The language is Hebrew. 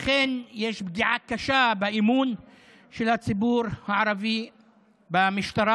לכן יש פגיעה קשה באמון של הציבור הערבי במשטרה,